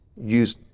use